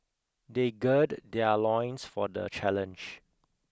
they gird their loins for the challenge